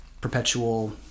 perpetual